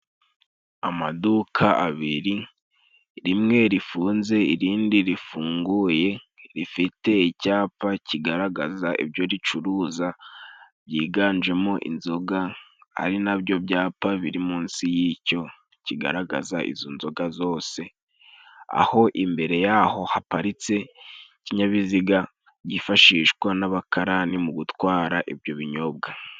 Amaduka abiri rimwe rifunze irindi rifunguye, rifite icyapa kigaragaza ibyo ricuruza byiganjemo inzoga, ari nabyo byapa biri munsi y'icyo kigaragaza izo nzoga zose. Aho imbere yaho haparitse ikinyabiziga byifashishwa n'abakarani mu gutwara ibyo binyobwa.